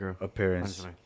Appearance